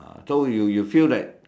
ah so so you feel that